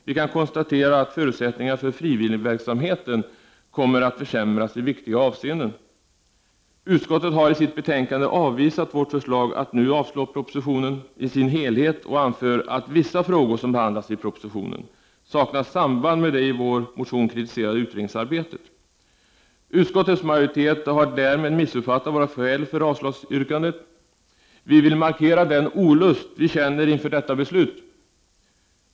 Vi kan konstatera att förutsättningarna för frivilligverksamheten kommer att försämras i viktiga avseenden. Utskottet har i sitt betänkande avvisat vårt förslag att nu avslå propositionen i sin helhet och anför att vissa frågor som behandlas i propositionen saknar samband med det i vår motion kritiserade utredningsarbetet. Utskottets majoritet har därmed missuppfattat våra skäl för avslagsyrkandet. Vi vill markera den olust vi känner inför detta beslut.